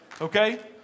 Okay